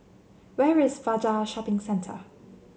where is Fajar Shopping Centre